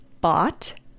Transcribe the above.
bought